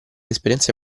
esperienze